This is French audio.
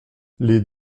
les